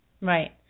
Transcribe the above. Right